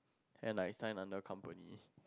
and like times under company